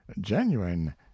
genuine